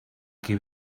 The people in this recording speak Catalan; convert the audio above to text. qui